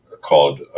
called